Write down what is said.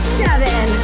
seven